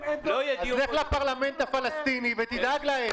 אז לך לפרלמנט הפלסטיני ותדאג להם.